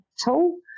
tool